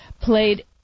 played